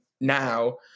now